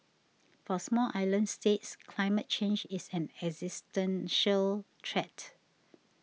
for small island states climate change is an existential threat